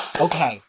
okay